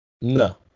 No